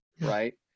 right